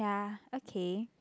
ya okay